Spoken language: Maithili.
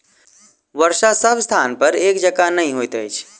वर्षा सभ स्थानपर एक जकाँ नहि होइत अछि